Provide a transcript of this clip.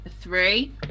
three